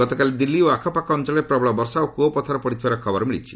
ଗତକାଲି ଦିଲ୍ଲୀ ଓ ଆଖପାଖ ଅଞ୍ଚଳରେ ପ୍ରବଳ ବର୍ଷା ଓ କୁଆପଥର ପଡ଼ିଥିବାର ଖବର ମିଳିଛି